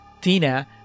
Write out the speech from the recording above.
Tina